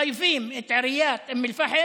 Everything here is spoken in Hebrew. ומחייבים (אומר בערבית: בתשלום) את עיריית אום אל-פחם,